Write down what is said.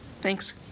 Thanks